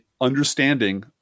understanding